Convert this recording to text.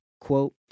quote